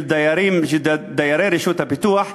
של דיירי רשות הפיתוח,